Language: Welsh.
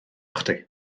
chdi